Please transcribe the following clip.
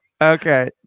Okay